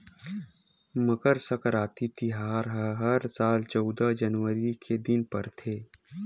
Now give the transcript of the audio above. मकर सकराति तिहार ह हर साल चउदा जनवरी के दिन परथे